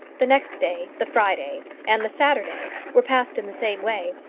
the next day, the friday, and the saturday were passed in the same way.